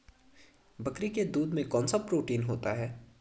बकरी के दूध में कौनसा प्रोटीन होता है?